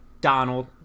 Donald